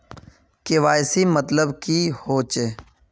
KYC मतलब की होचए?